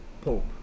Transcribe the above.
Pope